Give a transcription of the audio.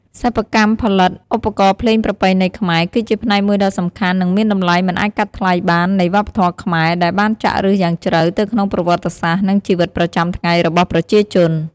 សិប្បកម្មផលិតឧបករណ៍ភ្លេងប្រពៃណីខ្មែរ គឺជាផ្នែកមួយដ៏សំខាន់ និងមានតម្លៃមិនអាចកាត់ថ្លៃបាននៃវប្បធម៌ខ្មែរ ដែលបានចាក់ឫសយ៉ាងជ្រៅទៅក្នុងប្រវត្តិសាស្ត្រ និងជីវិតប្រចាំថ្ងៃរបស់ប្រជាជន។